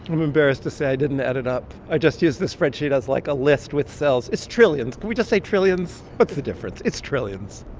i'm embarrassed to say i didn't add it up. i just used the spreadsheet as, like, a list with cells. it's trillions. can we just say trillions? what's the difference? it's trillions